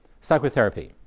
psychotherapy